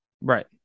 Right